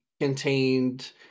contained